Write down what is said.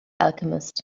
alchemist